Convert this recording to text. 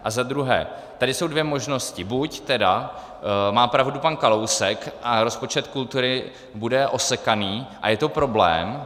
A za druhé, tady jsou dvě možnosti: Buď má pravdu pan Kalousek a rozpočet kultury bude osekaný a je to problém.